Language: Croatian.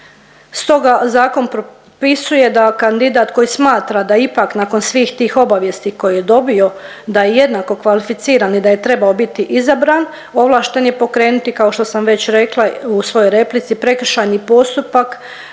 Stoga zakon propisuje da kandidat koji smatra da ipak nakon svih tih obavijesti koje je dobio da je jednako kvalificiran i da je trebao biti izabran ovlašten je pokrenuti kao što sam već rekla u svojoj replici prekršajni postupak